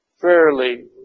fairly